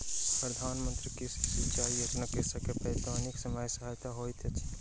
प्रधान मंत्री कृषि सिचाई योजना कृषक के पटौनीक समय सहायक होइत अछि